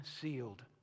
sealed